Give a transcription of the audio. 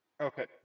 Okay